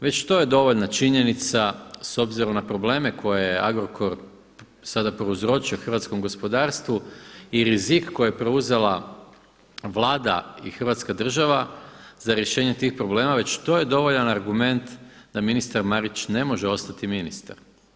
Već to je dovoljna činjenica s obzirom na probleme koje je Agrokor sada prouzročio hrvatskom gospodarstvu i rizik koji je preuzela Vlada i Hrvatska država za rješenje tih problema, već to je dovoljan argument da ministar Marić ne može ostati ministar.